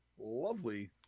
lovely